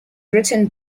written